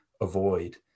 avoid